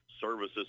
services